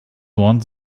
want